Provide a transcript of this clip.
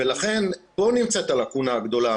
לכן פה נמצאת הלקונה הגדולה,